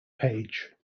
page